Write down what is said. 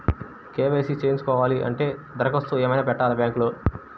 KYC చేయించుకోవాలి అంటే దరఖాస్తు ఏమయినా పెట్టాలా బ్యాంకులో?